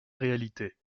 réalité